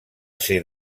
ser